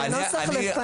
הנוסח לפניי.